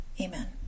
Amen